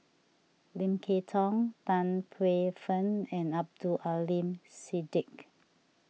Lim Kay Tong Tan Paey Fern and Abdul Aleem Siddique